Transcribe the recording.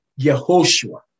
Yehoshua